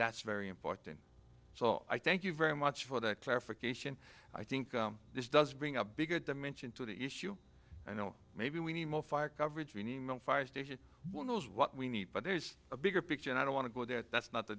that's very important so i thank you very much for that clarification i think this does bring a bigger dimension to the issue you know maybe we need more fire coverage we need fire station one knows what we need but there's a bigger picture and i don't want to go there that's not the